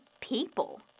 people